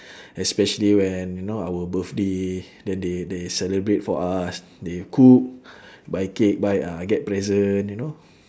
especially when you know our birthday then they they celebrate for us they cook buy cake buy ah get present you know